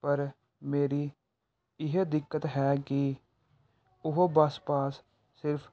ਪਰ ਮੇਰੀ ਇਹ ਦਿੱਕਤ ਹੈ ਕਿ ਉਹ ਬਸ ਪਾਸ ਸਿਰਫ